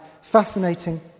fascinating